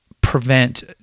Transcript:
prevent